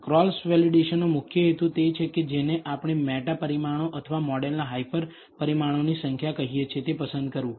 cross વેલિડેશનનો મુખ્ય હેતુ તે છે કે જેને આપણે મેટા પરિમાણો અથવા મોડેલના હાયપર પરિમાણોની સંખ્યા કહીએ છીએ તે પસંદ કરવું